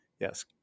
yes